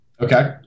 Okay